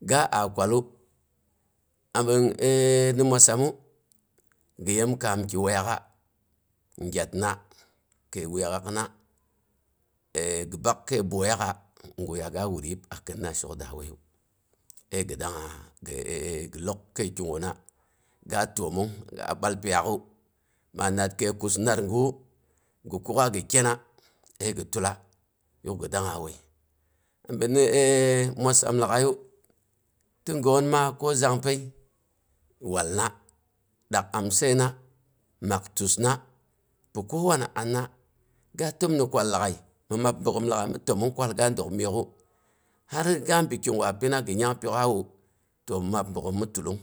Ga a kwalu, abin ni musamu, gi yenkaan ki wəiyaaak'a, gyatna kəi wuyak'aakna, əəi gi bak kəi boiyaak'a, guyega wuryib kirina shok daa waiyu, əi gi dang, gi gi lok kəi kiguna ga təomong a bwal plok'aak'n. ma nar kəi kus natra gawu, gi kuk'a gi kyenn əi gi tala. yuk gi dangnga wai. Binni mwasam lag'aiyu, tɨgoon ma ko zangpəi, walna dak amsaina, mak tusna pi kowan anna, ga təm ni kwal lag'ai, mi mab bogghom lagai mi təmong kwal ga dok miok'u. har inga ɓi kigwa pina, gi nyangpyok'awu, to mi mab bogghom mi tulung